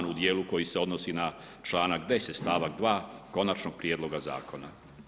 u djelu koji se odnosi na članak 10 stavak 2 konačnog prijedloga zakona.